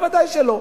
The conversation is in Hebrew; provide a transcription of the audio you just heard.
ודאי שלא.